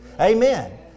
Amen